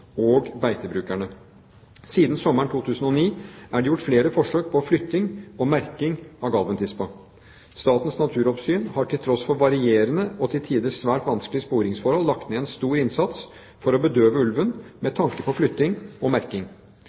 og beitebrukerne. Siden sommeren 2009 er det gjort flere forsøk på flytting og merking av Galven-tispa. Statens naturoppsyn har til tross for varierende og til tider svært vanskelige sporingsforhold lagt ned en stor innsats for å bedøve ulven med tanke på flytting og merking.